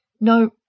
No